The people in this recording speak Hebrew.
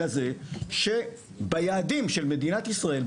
לזה שביעדים של מדינת ישראל,